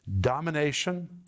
domination